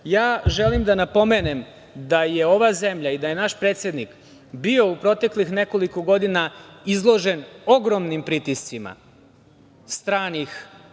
zemljom. Želim da napomenem da je ova zemlja i da je naš predsednik bio u proteklih nekoliko godina izložen ogromnim pritiscima pojedinih